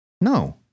No